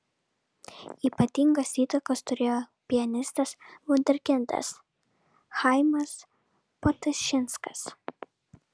ypatingos įtakos turėjo pianistas vunderkindas chaimas potašinskas